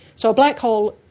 so a black hole,